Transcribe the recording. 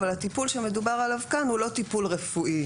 אבל הטיפול שמדובר עליו כאן הוא לא טיפול רפואי